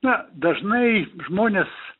na dažnai žmonės